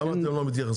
למה אתם לא מתייחסים?